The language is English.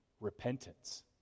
repentance